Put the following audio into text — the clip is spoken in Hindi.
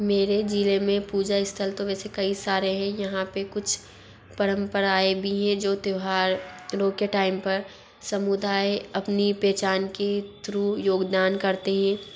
मेरे ज़िले में पूजा स्थल तो वैसे कई सारे हैं यहाँ पर कुछ परंपराएं भी हैं जो त्यौहारों के टाइम पर समुदाय अपनी पहचान की थ्रू योगदान करते हैं